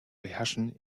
beherrschen